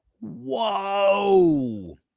Whoa